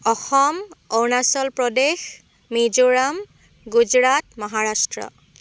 Assam Arunachal Pradesh Mizoram Gujarat Maharashtra